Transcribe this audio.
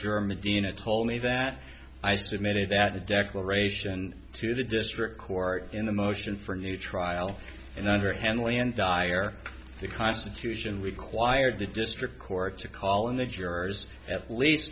german dina told me that i submitted that a declaration to the district court in a motion for new trial in underhand land dire the constitution required the district court to call in the jurors at least